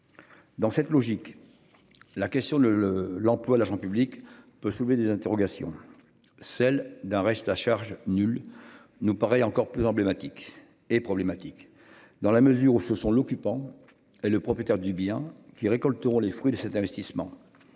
Dans cette logique. La question le le l'emploi l'agent public peut soulever des interrogations. Celle d'un reste à charge nul. Nous paraît encore plus emblématique et problématique dans la mesure où ce sont l'occupant et le propriétaire du bien qui récolteront les fruits de cet investissement.